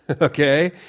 Okay